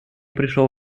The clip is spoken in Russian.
пришел